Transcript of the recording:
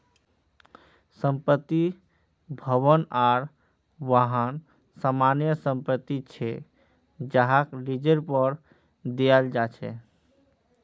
संपत्ति, भवन आर वाहन सामान्य संपत्ति छे जहाक लीजेर पर दियाल जा छे